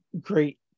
great